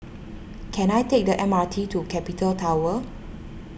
can I take the M R T to Capital Tower